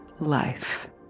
Life